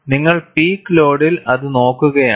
നിങ്ങൾ പീക്ക് ലോഡിൽഅത് നോക്കുകയാണ്